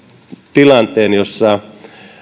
tilanteen jossa